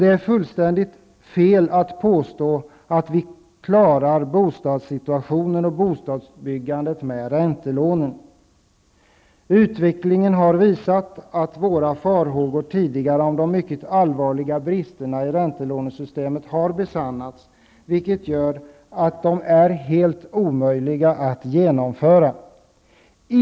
Det är fullständigt fel att påstå att vi klarar bostadssituationen och bostadsbyggandet genom räntelånen. Utvecklingen har visat att våra tidigare farhågor beträffande de mycket allvarliga bristerna i räntelånesystemet har besannats. Det gör att det är helt omöjligt att genomföra detta.